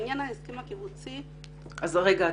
לעניין ההסכם הקיבוצי --- רגע,